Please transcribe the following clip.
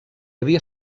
havia